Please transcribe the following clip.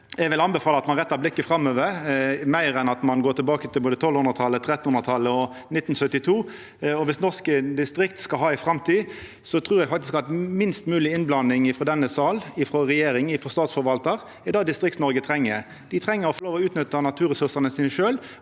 Eg vil anbefala at ein rettar blikket framover meir enn at ein går tilbake til både 1200-talet, 1300-tallet og 1972. Viss norske distrikt skal ha ei framtid, trur eg faktisk at minst mogleg innblanding frå denne sal, frå regjering og frå statsforvaltaren er det Distrikts-Noreg treng. Dei treng å få lov til å utnytta naturressursane sine sjølve